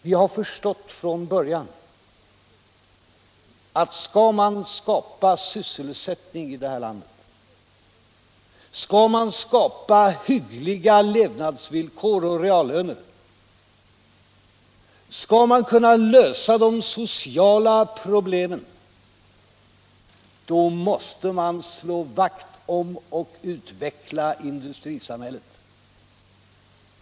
Vi har från början förstått att skall man skapa sysselsättning här i landet, skall man skapa hyggliga reallöner och levnadsvillkor, skall man kunna lösa de sociala problemen, då måste man slå vakt om och utveckla industrisamhället.